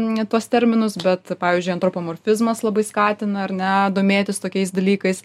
n tuos terminus bet pavyzdžiui antropomorfizmas labai skatina ar ne domėtis tokiais dalykais